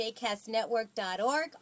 jcastnetwork.org